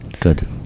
good